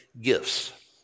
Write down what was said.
Gifts